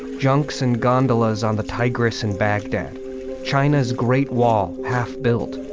junk's and gondolas on the tigris and baghdad china's great wall half built